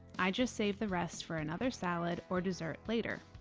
i just save the rest for another salad or dessert later.